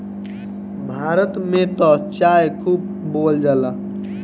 भारत में त चाय खूब बोअल जाला